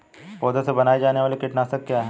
पौधों से बनाई जाने वाली कीटनाशक क्या है?